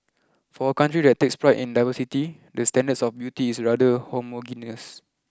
for a country that takes pride in diversity the standards of beauty is rather homogeneous